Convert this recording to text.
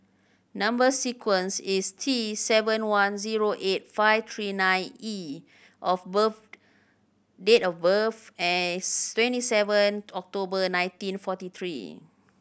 number sequence is T seven one zero eight five three nine E of birth date of birth as twenty seven October nineteen forty three